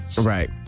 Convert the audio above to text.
Right